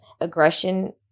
aggression